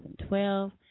2012